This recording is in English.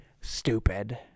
stupid